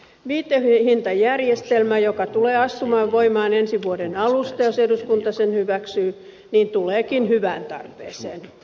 viitehintajärjestelmä joka tulee astumaan voimaan ensi vuoden alusta jos eduskunta sen hyväksyy tuleekin hyvään tarpeeseen